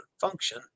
function